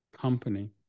company